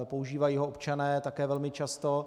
Používají ho občané také velmi často.